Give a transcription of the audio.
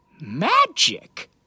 magic